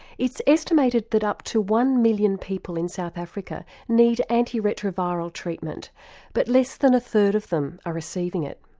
it's estimated that up to one million people in south africa need antiretroviral treatment but less than a third of them are receiving it.